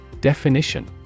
Definition